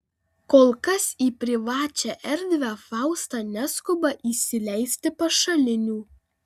kol kas į privačią erdvę fausta neskuba įsileisti pašalinių